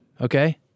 Okay